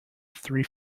three